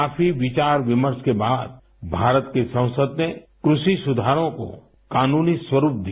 काफी विचार विमर्श के बाद भारत की संसद ने कृषि सुधारों को कानूनी स्वरुप दिया